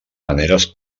maneres